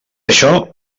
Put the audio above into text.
això